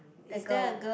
the girl